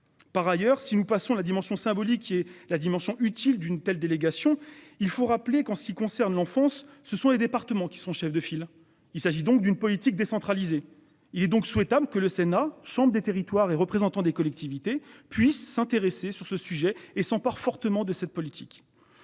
Par ailleurs, si nous passons la dimension symbolique qui est la dimension utile d'une telle délégation. Il faut rappeler qu'en ce qui concerne l'enfonce. Ce sont les départements qui sont chef de file, il s'agit donc d'une politique décentralisée. Il est donc souhaitable que le Sénat chambre des territoires et représentants des collectivités puissent s'intéresser sur ce sujet et son port fortement de cette politique.